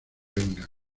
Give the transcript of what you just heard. vengan